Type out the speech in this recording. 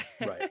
right